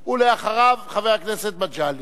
ואחריו, חבר הכנסת מגלי והבה.